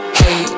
hey